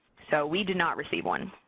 so we did not receive one.